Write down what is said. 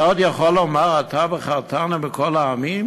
אתה עוד יכול לומר "אתה בחרתנו מכל העמים"